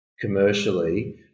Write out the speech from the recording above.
commercially